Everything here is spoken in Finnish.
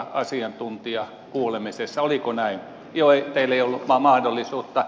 joo teillä ei ollut mahdollisuutta